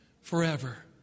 Forever